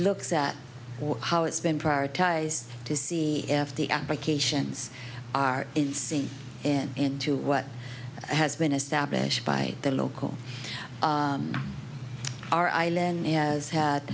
looks at how it's been prioritized to see if the applications are in sync in into what has been established by the local our island has had